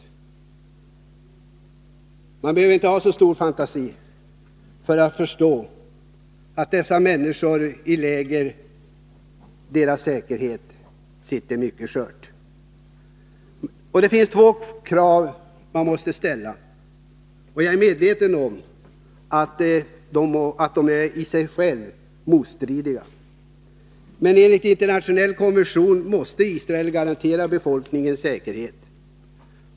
Och man behöver inte ha så stor fantasi för att förstå att säkerheten för människorna i dessa läger är mycket skör. Det finns två krav man måste ställa. Jag är medveten om att de i sig är motstridiga. Men enligt internationella konventioner måste Israel garantera befolkningen säkerhet.